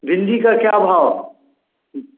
भिंडी का क्या भाव